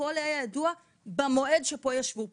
הכול היה ידוע במועד שישבו פה.